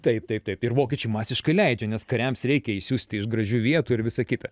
taip taip taip ir vokiečiai masiškai leidžia nes kariams reikia išsiųsti iš gražių vietų ir visa kita